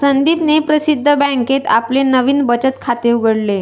संदीपने प्रसिद्ध बँकेत आपले नवीन बचत खाते उघडले